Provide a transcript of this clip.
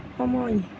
সময়